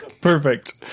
Perfect